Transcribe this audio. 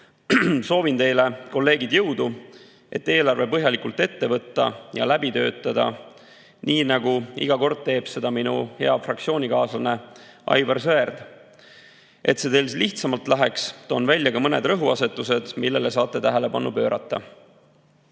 Soovin teile, kolleegid, jõudu, et eelarve põhjalikult ette võtta ja läbi töötada, nii nagu iga kord teeb seda minu hea fraktsioonikaaslane Aivar Sõerd.Et see teil lihtsamalt läheks, toon välja ka mõned rõhuasetused, millele saate tähelepanu pöörata.